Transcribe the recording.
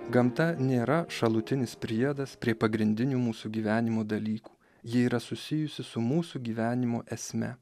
gamta nėra šalutinis priedas prie pagrindinių mūsų gyvenimo dalykų ji yra susijusi su mūsų gyvenimo esme